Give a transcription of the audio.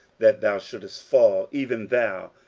that thou shouldest fall, even thou,